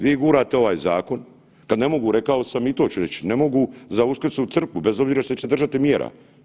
Vi gurate ovaj zakon kad ne mogu, rekao sam i to ću reć, ne mogu za Uskrs u crkvu bez obzira što će se držati mjera.